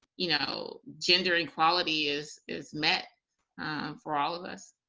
you know gender equality is is met for all of us.